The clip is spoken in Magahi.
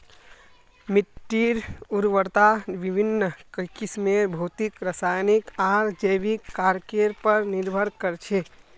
मिट्टीर उर्वरता विभिन्न किस्मेर भौतिक रासायनिक आर जैविक कारकेर पर निर्भर कर छे